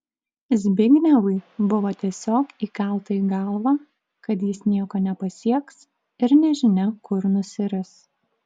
zbignevui buvo tiesiog įkalta į galvą kad jis nieko nepasieks ir nežinia kur nusiris